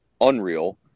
unreal